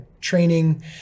training